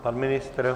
Pan ministr?